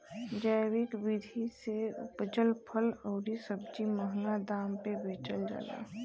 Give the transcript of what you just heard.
जैविक विधि से उपजल फल अउरी सब्जी महंगा दाम पे बेचल जाला